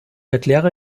erkläre